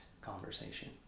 conversation